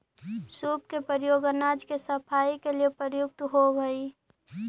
सूप के प्रयोग अनाज के सफाई के लिए प्रयुक्त होवऽ हई